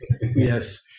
Yes